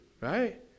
right